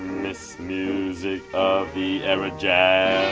music of the era, jazz.